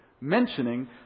mentioning